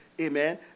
Amen